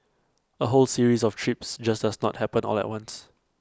A whole series of trips just does not happen all at once